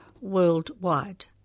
worldwide